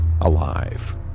alive